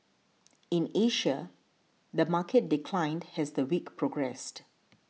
in Asia the market declined as the week progressed